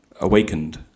awakened